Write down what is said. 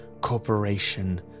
corporation